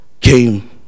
came